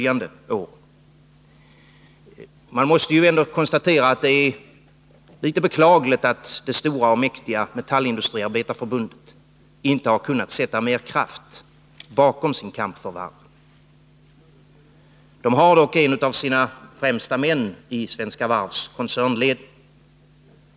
Jag måste ändå konstatera att det är litet beklagligt att det stora och mäktiga Metallindustriarbetareförbundet inte har kunnat sätta mer kraft bakom sin kamp för varven. Förbundet har dock en av sina främsta män i Svenska Varvs koncernledning.